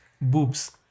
Boobs